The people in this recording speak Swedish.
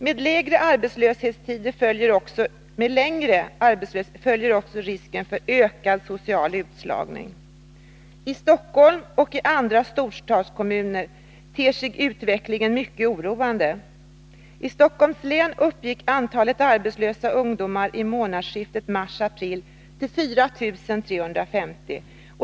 Med längre arbetslöshetstider följer också risken för ökad social utslagning. I Stockholm och i andra storstadskommuner ter sig utvecklingen mycket oroande. I Stockholms län uppgick antalet arbetslösa ungdomar i månadsskiftet mars-april till 4 350.